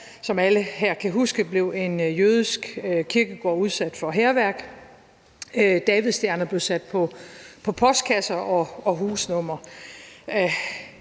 som alle her kan huske, en jødisk kirkegård udsat for hærværk, og Davidsstjerner blev sat på postkasser og husnumre.